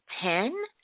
ten